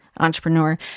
entrepreneur